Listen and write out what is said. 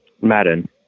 Madden